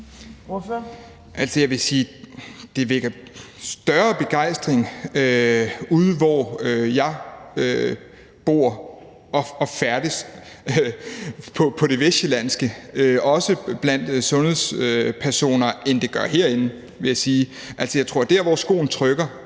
det vækker større begejstring ude, hvor jeg bor og færdes, i det vestsjællandske, også blandt sundhedspersoner, end det gør herinde. Jeg tror, at der, hvor skoen trykker